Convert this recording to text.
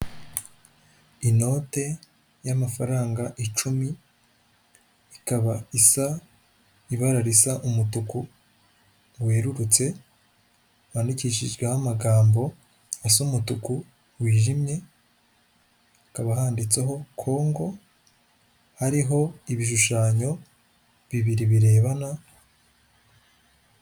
Inote y'amafaranga icumi, ikaba isa ibara risa umutuku werurutse wandikishijweho amagambo asa umutuku wijimye, hakaba handitseho Congo hariho ibishushanyo bibiri birebana.